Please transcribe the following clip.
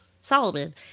solomon